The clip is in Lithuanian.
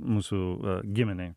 mūsų va giminei